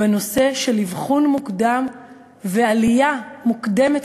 בנושא של אבחון מוקדם ועלייה מוקדמת